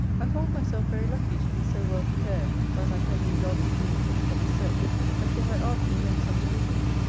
i thought myself very lucky to be so well prepared by my cousin dolly's means for this search but yet i artfully made some scruples,